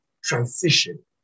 transition